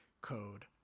code